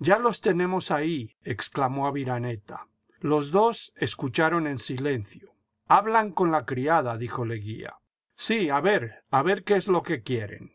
ya los tenemos ahí exclamó aviraneta los dos escucharon en silencio hablan con la criada dijo leguía sí a ver a ver qué es lo que quieren